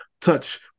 touch